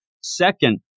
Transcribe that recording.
second